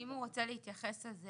או "האגף" אגף שיקום נכים במשרד הביטחון;